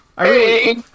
Hey